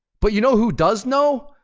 but you know who does know?